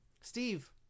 steve